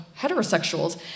heterosexuals